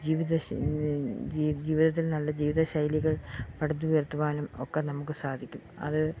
ജീവിത ജീവിതത്തിൽ നല്ല ജീവിത ശൈലികൾ പടുത്തുയർത്തുവാനും ഒക്കെ നമുക്ക് സാധിക്കും അത്